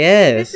Yes